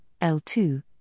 L2